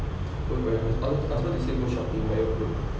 oh oh ya I was about to say go shopping but you're broke